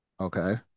Okay